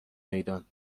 میدان